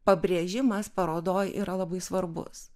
pabrėžimas parodoje yra labai svarbus